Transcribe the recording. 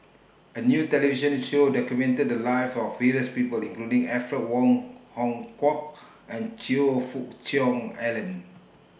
A New television Show documented The Lives of various People including Alfred Wong Hong Kwok and Choe Fook Cheong Alan